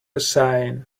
sighing